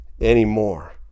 anymore